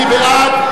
מי בעד?